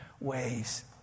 ways